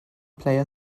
player